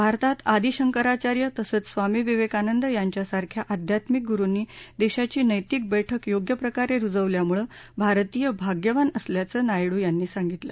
भारतात आदि शंकराचार्य तसंच स्वामी विवेकानंद यांच्यासारख्या आध्यात्मिक गुरुंनी देशाची नैतिक बैठक योग्यप्रकारे रुजवल्यामुळे भारतीय भाग्यवान असल्याचं नायडू यांनी सांगितलं